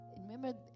remember